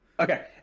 Okay